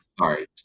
Sorry